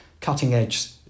cutting-edge